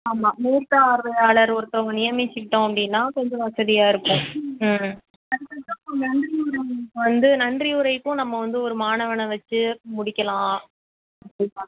ஆமாம் மூத்த ஆர்வையாளர் ஒருத்தவங்க நியமிச்சிக்கிட்டோம் அப்படின்னா கொஞ்சம் வசதியா இருக்கும் ம் ம் வந்து நன்றியுரைக்கும் நம்ம வந்து ஒரு மாணவனை வச்சு முடிக்கலாம் பார்க்கலாம்